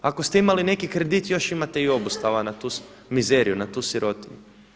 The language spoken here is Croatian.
Ako ste imali neki kredit još imate i obustavu na tu mizeriju, na tu sirotinju.